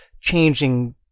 changing